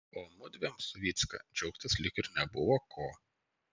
o mudviem su vycka džiaugtis lyg ir nebuvo ko